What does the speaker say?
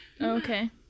Okay